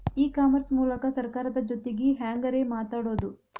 E commerce ಮೂಲಕ ಸರ್ಕಾರದ ಜೊತಿಗೆ ಹ್ಯಾಂಗ್ ರೇ ಮಾತಾಡೋದು?